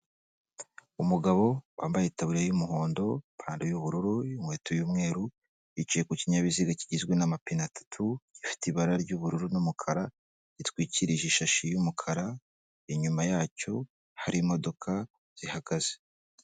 Umugabo wambaye itaburiya y'umuhondo, ipantaro y'ubururu, inkweto y'umweru yicaye ku kinyabiziga kigizwe n'amapine atatu, gifite ibara ry'ubururu n'umukara ritwikirije ishashi y'umukara inyuma yacyo hari imodoka zihagaze.